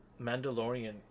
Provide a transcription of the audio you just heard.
Mandalorian